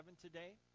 today